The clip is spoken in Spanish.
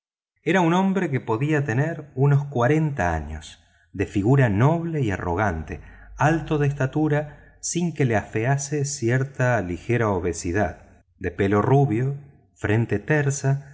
era un hombre que podía tener unos cuarenta años de figura noble y arrogante alto de estatura sin que lo afease cierta ligera obesidad de pelo rubio frente tersa